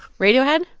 radiohead?